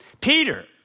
Peter